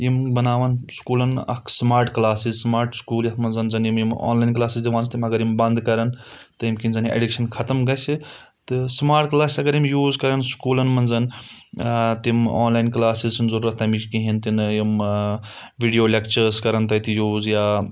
یِم بَناون سکوٗلن اکھ سٕمَاٹ کٕلاس سٕمَاٹ سکوٗل یتَھ منٛز زَن یِم آنلایِن کلاسٕز دِوان چھِ تِم اگر یِم بنٛد کران تٔمۍ کِنۍ زَن اَیٚڈِکشَن ختم گژھِ تہٕ سٕمَاٹ کٕلاس اگر یِم یوٗز کرَان سکوٗلن منٛز تِم آنلایِن کلاسٕز ہِنٛز ضوٚرَتھ تَمِچ کِہیٖنۍ تہِ نہٕ یِم ویٖڈیو لَیکچٲرٕس کرَان تَتہِ یوٗز یا